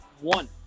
One